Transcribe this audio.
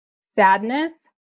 sadness